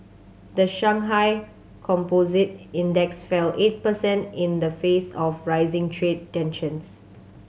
the Shanghai Composite Index fell eight percent in the face of rising trade tensions